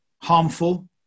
harmful